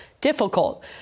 difficult